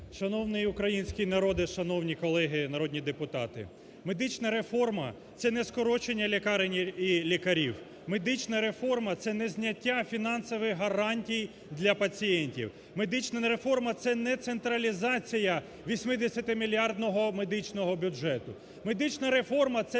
Шановний український народе! Шановні колеги народні депутати! Медична реформа – це не скорочення лікарень і лікарів. Медична реформа – це не зняття фінансових гарантій для пацієнтів. Медична реформа – це не централізація 80-мільярдного медичного бюджету. Медична реформа – це